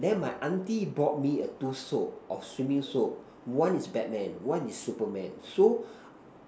then my auntie bought me a two soap a swimming soap one is Batman one is Superman so